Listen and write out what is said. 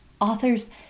authors